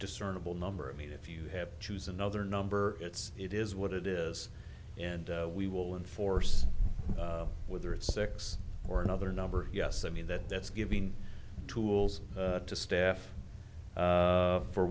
discernible number of mean if you have choose another number it's it is what it is and we will enforce whether it's sex or another number yes i mean that that's giving tools to staff